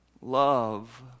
love